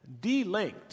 delinked